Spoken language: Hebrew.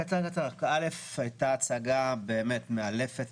הייתה הצגה באמת מאלפת,